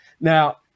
Now